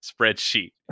spreadsheet